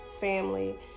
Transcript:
family